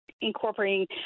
incorporating